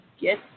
get